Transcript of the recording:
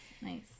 Nice